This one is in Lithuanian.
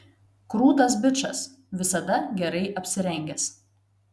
krūtas bičas visada gerai apsirengęs